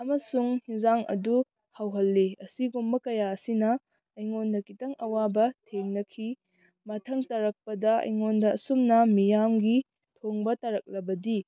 ꯑꯃꯁꯨꯡ ꯑꯦꯟꯁꯥꯡ ꯑꯗꯨ ꯍꯥꯎꯍꯜꯂꯤ ꯑꯁꯤꯒꯨꯝꯕ ꯀꯌꯥ ꯑꯁꯤꯅ ꯑꯩꯉꯣꯟꯗ ꯈꯤꯇꯪ ꯑꯋꯥꯕ ꯊꯦꯡꯅꯈꯤ ꯃꯊꯪ ꯇꯥꯔꯛꯄꯗ ꯑꯩꯉꯣꯟꯗ ꯑꯁꯨꯝꯅ ꯃꯤꯌꯥꯝꯒꯤ ꯊꯣꯡꯕ ꯇꯥꯔꯛꯂꯕꯗꯤ